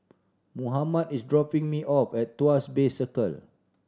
Mohammad is dropping me off at Tuas Bay Circle